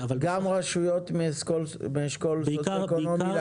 גם רשויות מאשכול סוציו-אקונומי נמוך?